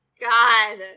God